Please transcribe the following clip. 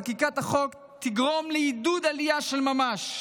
חקיקת החוק תגרום לעידוד עלייה של ממש,